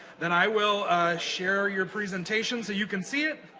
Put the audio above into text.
then i will share your presentation so you can see it.